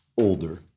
older